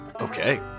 Okay